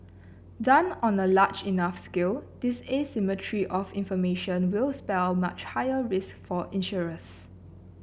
done on a large enough scale this asymmetry of information will spell much higher risk for insurers